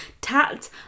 Tat